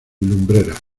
lumbreras